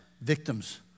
victims